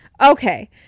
okay